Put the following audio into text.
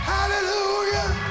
Hallelujah